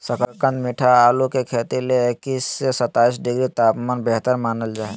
शकरकंद मीठा आलू के खेती ले इक्कीस से सत्ताईस डिग्री तापमान बेहतर मानल जा हय